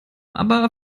aber